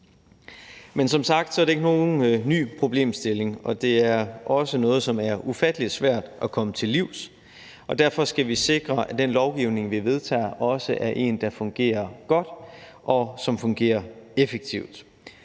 Men som sagt er det ikke nogen ny problemstilling, og det er også noget, som er ufattelig svært at komme til livs, og derfor skal vi sikre, at den lovgivning, vi vedtager, også er en, der fungerer godt, og som fungerer effektivt.